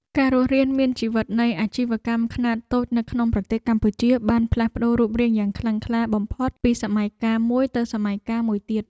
ការរស់រានមានជីវិតនៃអាជីវកម្មខ្នាតតូចនៅក្នុងប្រទេសកម្ពុជាបានផ្លាស់ប្តូររូបរាងយ៉ាងខ្លាំងក្លាបំផុតពីសម័យកាលមួយទៅសម័យកាលមួយទៀត។